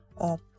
up